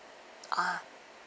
ah